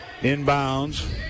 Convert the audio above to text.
Inbounds